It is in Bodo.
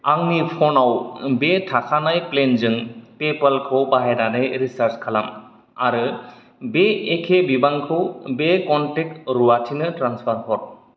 आंनि फनाव बे थाखानाय प्लेनजों पेप'लखौ बाहायनानै रिसार्ज खालाम आरो बे एखे बिबांखौ बे कनटेक्ट रुवाथिनो ट्रेन्सफार हर